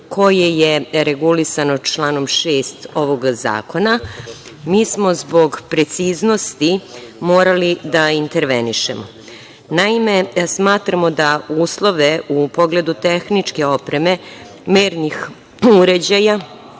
koje je regulisano članom 6. ovog zakona, mi smo zbog preciznosti morali da intervenišemo. Naime, smatramo da uslove u pogledu tehničke opreme mernih uređaja,